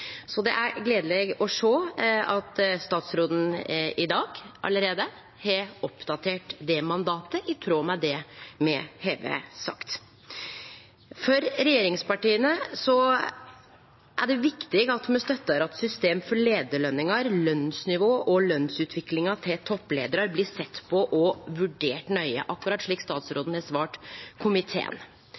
Så det er gledeleg å sjå at statsråden allereie i dag har oppdatert det mandatet i tråd med det me har sagt. For regjeringspartia er det viktig at me støttar at system for leiarløningar, lønsnivå og lønsutviklinga til toppleiarar blir sett på og vurdert nøye, akkurat slik statsråden har svart komiteen.